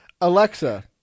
Alexa